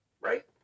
Right